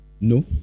No